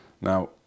Now